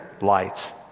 light